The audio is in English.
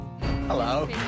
Hello